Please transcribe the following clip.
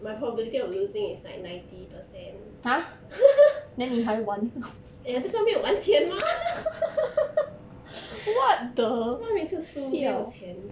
my probability of losing is like ninety percent that's why 没有玩钱 mah if not 每次输没有钱